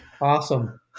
Awesome